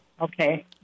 Okay